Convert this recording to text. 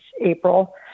April